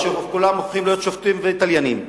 כולם נהיו שופטים ותליינים.